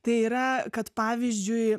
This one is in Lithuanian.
tai yra kad pavyzdžiui